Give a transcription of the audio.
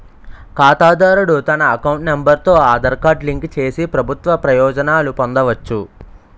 ఖాతాదారుడు తన account number తో ఆధార్ కార్డు లింక్ చేసి ప్రభుత్వ ప్రయోజనాలు పొందవచ్చు